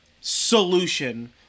solution